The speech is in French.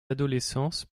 adolescence